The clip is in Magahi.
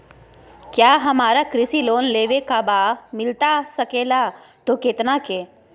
क्या हमारा कृषि लोन लेवे का बा मिलता सके ला तो कितना के?